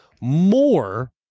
more